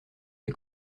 des